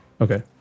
okay